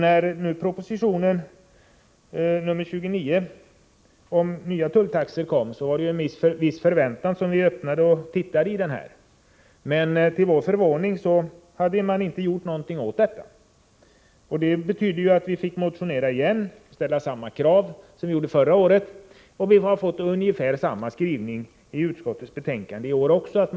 När nu proposition 29 om nya tulltaxor kom, var det med en viss förväntan vi öppnade den och tittade i den. Till vår förvåning hade man emellertid inte gjort någonting åt detta. Det betydde att vi fick motionera igen och ställa samma krav som förra året, och vi har fått ungefär samma skrivning i utskottsbetänkandet även i år.